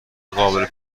قابل